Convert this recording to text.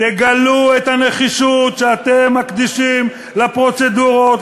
תגלו את הנחישות שאתם מקדישים לפרוצדורות,